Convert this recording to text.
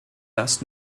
das